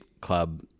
club